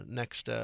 next